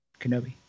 Kenobi